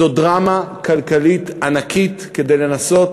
זו דרמה כלכלית ענקית לנסות